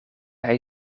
hij